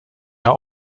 are